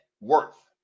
worth